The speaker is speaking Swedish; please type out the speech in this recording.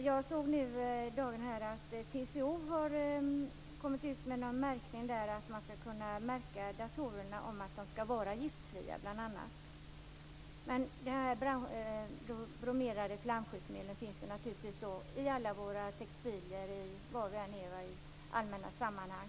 Jag såg nyligen att TCO har infört en märkning på datorer som säger om de är giftfria. Men de bromerade flamskyddsmedlen finns ju också i alla våra textilier, var vi än är i allmänna sammanhang.